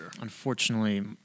Unfortunately